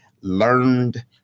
learned